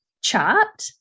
chart